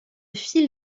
file